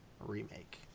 remake